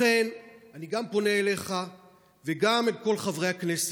לכן אני גם פונה אליך וגם אל כל חברי הכנסת: